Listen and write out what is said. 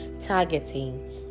targeting